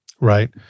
Right